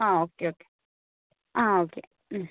ആ okay okay ആ okay